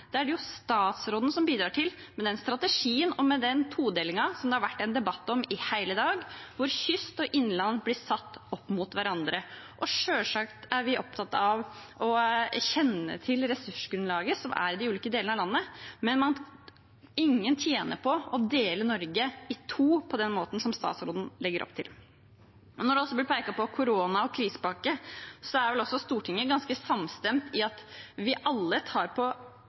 er det jo statsråden som bidrar til, med den strategien og todelingen som det har vært en debatt om i hele dag, hvor kyst og innland blir satt opp mot hverandre. Selvsagt er vi opptatt av å kjenne til ressursgrunnlaget som er i de ulike delene av landet, men ingen tjener på å dele Norge i to på den måten som statsråden legger opp til. Det ble pekt på korona og krisepakke. Stortinget er vel ganske samstemt i at vi alle tar på